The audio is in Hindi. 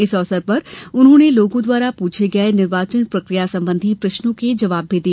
इस अवसर पर उन्होंने लोगों द्वारा पूछे गये निर्वाचन प्रक्रिया सम्बन्धी प्रश्नों का जवाब भी दिया